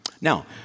now